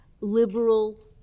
liberal